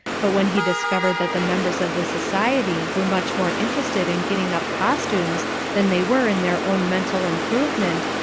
but when he discovered that the members of the society were much more interested in getting up costumes than they were in their own mental improvement,